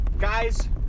guys